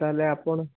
ତା' ହେଲେ ଆପଣ